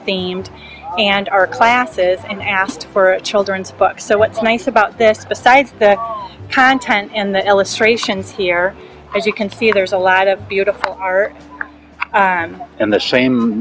themed and are classes and asked for children's books so what's nice about this besides content in the illustrations here as you can see there's a lot of beautiful are in the same